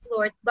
Lord